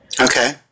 Okay